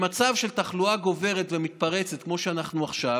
במצב של תחלואה גוברת ומתפרצת כמו שאנחנו עכשיו,